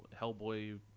Hellboy